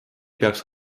peaks